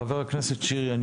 חבר הכנסת שירי,